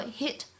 hit